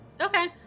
Okay